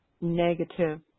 negative